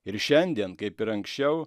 ir šiandien kaip ir anksčiau